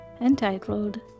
entitled